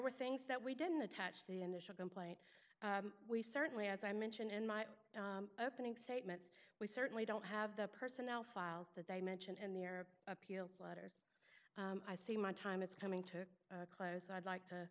were things that we didn't attach the initial complaint we certainly as i mentioned in my opening statements we certainly don't have the personnel files that they mention and they are appeals letters i see my time is coming to a close i'd like to